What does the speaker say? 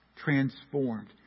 Transformed